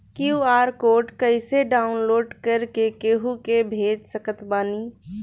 QR code कइसे download कर के केहु के भेज सकत बानी?